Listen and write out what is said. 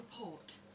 Report